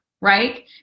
right